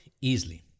easily